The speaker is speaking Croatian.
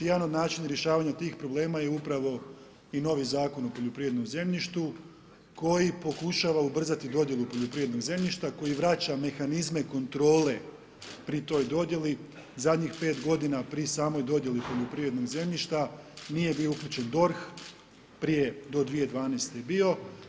I jedan od načina rješavanja tih problema je upravo i novi Zakon o poljoprivrednom zemljištu, koji pokušava ubrzati dodjelu poljoprivrednog zemljišta, koji vraća mehanizme kontrole, pri to j dodjeli, zadnjih 5 g. pri samoj dodjeli poljoprivrednih zemljišta, nije bio uključen DORH, prije do 2012. je bio.